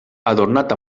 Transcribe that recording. adornat